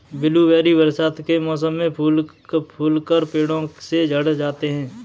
blueberry बरसात के मौसम में फूलकर पेड़ों से झड़ जाते हैं